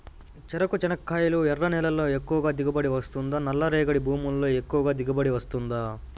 చెరకు, చెనక్కాయలు ఎర్ర నేలల్లో ఎక్కువగా దిగుబడి వస్తుందా నల్ల రేగడి భూముల్లో ఎక్కువగా దిగుబడి వస్తుందా